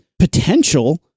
potential